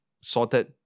sorted